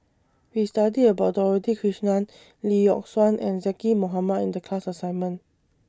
We studied about Dorothy Krishnan Lee Yock Suan and Zaqy Mohamad in The class assignment